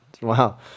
Wow